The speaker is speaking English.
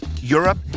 Europe